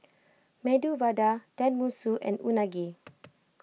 Medu Vada Tenmusu and Unagi